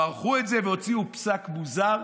מרחו את זה והוציאו פסק דין מוזר,